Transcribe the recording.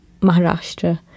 Maharashtra